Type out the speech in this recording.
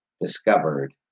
discovered